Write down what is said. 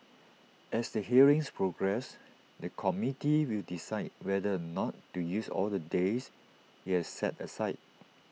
as the hearings progress the committee will decide whether or not to use all the days IT has set aside